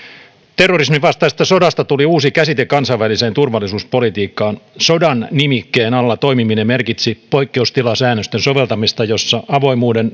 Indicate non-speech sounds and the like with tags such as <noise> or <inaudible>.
terrorismin vastaisesta sodasta tuli uusi käsite kansainväliseen turvallisuuspolitiikkaan sodan nimikkeen alla toimiminen merkitsi poikkeustilasäännösten soveltamista jossa avoimuuden <unintelligible>